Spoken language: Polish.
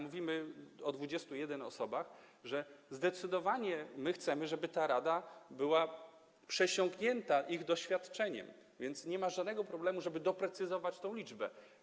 Mówimy o 21 osobach, że zdecydowanie chcemy, żeby ta rada była przesiąknięta ich doświadczeniem, więc nie ma żadnego problemu, żeby doprecyzować tę liczbę.